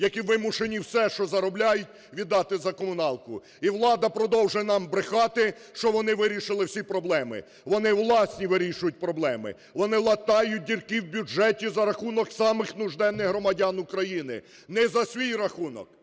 які вимушені все, що заробляють, віддати за комуналку. І влада продовжує нам брехати, що вони вирішили всі проблеми. Вони власні вирішують проблеми, вони латають дірки в бюджеті за рахунок самих нужденних громадян України, не за свій рахунок.